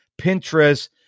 Pinterest